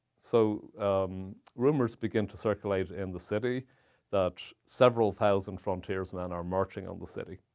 so rumors begin to circulate in the city that several thousand frontiersmen are marching on the city,